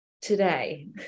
today